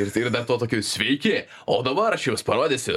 ir tai ir dar tuo tokiu sveiki o dabar aš jums parodysiu